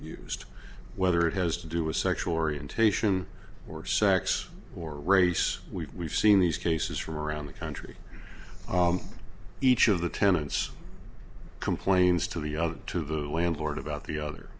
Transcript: used whether it has to do with sexual orientation or sex or race we have seen these cases from around the country each of the tenants complains to the other to the landlord about the other